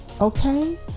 Okay